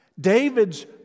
David's